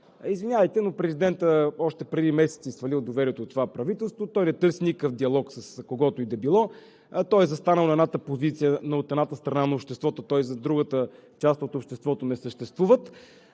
Извинявайте, но президентът още преди месеци е свалил доверието от това правителство. Той не търси никакъв диалог с когото и да било. Той е застанал от едната страна на обществото, той за другата част от обществото не съществува.